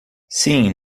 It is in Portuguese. sim